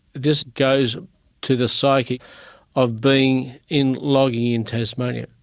this goes to the psyche of being in logging in tasmania.